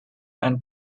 and